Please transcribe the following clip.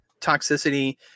toxicity